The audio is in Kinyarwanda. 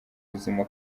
buzima